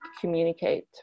communicate